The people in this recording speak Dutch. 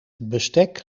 bestek